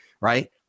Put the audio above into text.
right